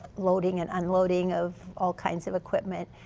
loading and unloading of all kinds of equipment.